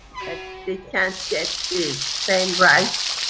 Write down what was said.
like they can't get their same rights.